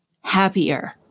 happier